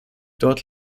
dort